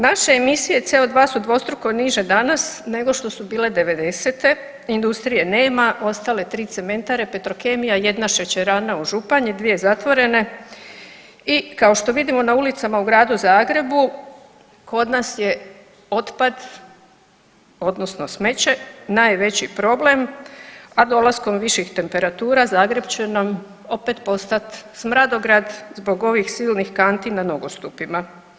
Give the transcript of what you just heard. Naše emisije CO2 su dvostruko niže danas nego što su bile 90-e, industrije nema, ostale 3 cementare, petrokemija, jedna šećerana u Županji, dvije zatvorene i kao što vidimo, na ulicama u gradu Zagrebu, kod nas je otpad odnosno smeće najveći problem, a dolaskom viših temperatura Zagreb će nam opet postat smradograd zbog ovih silnih kanti na nogostupima.